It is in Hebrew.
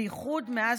בייחוד מאז